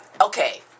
Okay